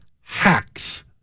hacks